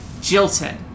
jilted